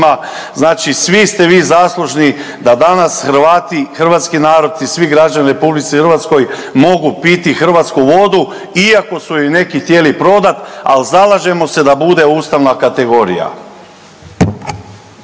znači svi ste vi zaslužni da danas Hrvati, hrvatski narod i svi građani u RH mogu piti hrvatsku vodu iako su je neki htjeli prodat, al zalažemo se da bude ustavna kategorija.